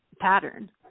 pattern